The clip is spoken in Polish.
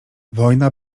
wojna